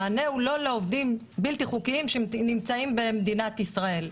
המענה הוא לא לעובדים הבלתי חוקיים שנמצאים במדינת ישראל,